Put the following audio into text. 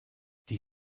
die